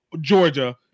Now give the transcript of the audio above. Georgia